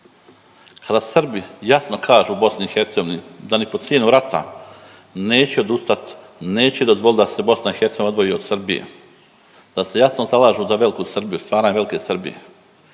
Kada Srbi jasno kažu BiH da ni pod cijenu rata neće odustati, neće dozvoliti da se BiH odvoji od Srbije. Da se jasno zalažu za Veliku Srbiju, stvaranje Velike Srbije.